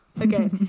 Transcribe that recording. Okay